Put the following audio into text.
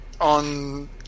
on